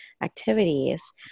activities